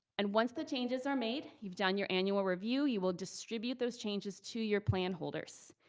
and once the changes are made, you've done your annual review, you will distribute those changes to your plan holders.